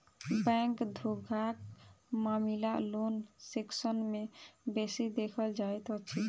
bank धोखाक मामिला loan section मे बेसी देखल जाइत अछि